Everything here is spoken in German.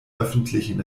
öffentlichen